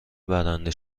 برنده